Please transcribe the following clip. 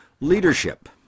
leadership